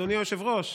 אדוני היושב-ראש,